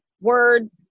words